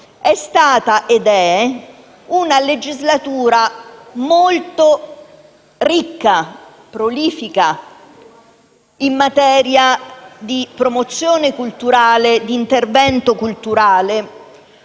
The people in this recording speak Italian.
è stata ed è una legislatura molto ricca, prolifica in materia di promozione culturale, di intervento culturale,